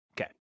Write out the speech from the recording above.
Okay